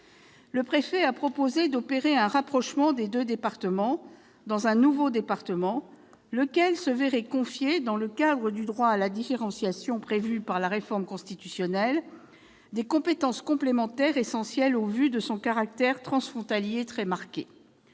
Le préfet a proposé d'opérer un rapprochement des deux départements au sein d'un nouveau département, lequel se verrait confier, dans le cadre du droit à la différenciation prévu dans la révision constitutionnelle, des compétences complémentaires essentielles au vu de son caractère transfrontalier très marqué.